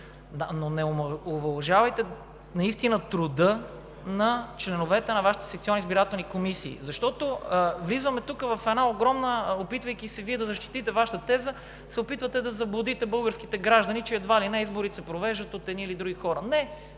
Не омаловажавайте труда на членовете на Вашите секционни избирателни комисии, защото тук влизаме в една огромна тема. Опитвайки се да защитите Вашата теза, се опитвате да заблудите българските граждани, че едва ли не изборите се провеждат от едни или други хора. Не,